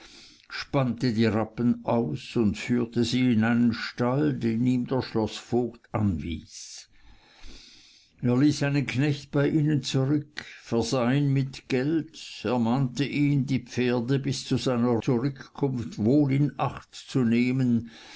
spannte die rappen aus und führte sie in einen stall den ihm der schloßvogt anwies er ließ einen knecht bei ihnen zurück versah ihn mit geld ermahnte ihn die pferde bis zu seiner zurückkunft wohl in acht zu nehmen